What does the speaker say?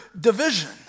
division